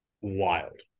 wild